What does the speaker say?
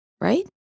right